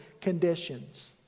conditions